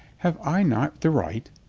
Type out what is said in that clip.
have i not the right?